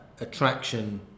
attraction